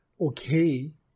okay